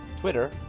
Twitter